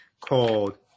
called